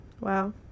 Wow